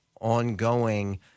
ongoing